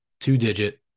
two-digit